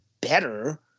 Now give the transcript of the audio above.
better